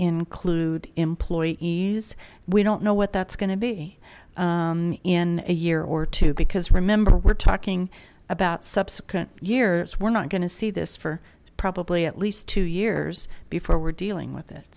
include employees we don't know what that's going to be in a year or two because remember we're talking about subsequent years we're not going to see this for probably at least two years before we're dealing with it